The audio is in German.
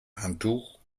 handtuch